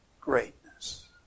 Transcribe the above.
greatness